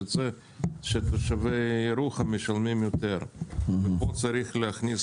יוצא שתושבי ירוחם משלמים יותר ולכן כאן צריך להכניס